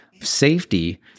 Safety